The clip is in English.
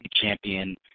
champion